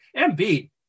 MB